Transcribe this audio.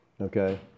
Okay